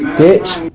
bitch